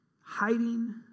hiding